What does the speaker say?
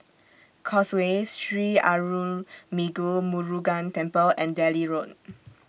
Causeway Sri Arulmigu Murugan Temple and Delhi Road